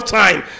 time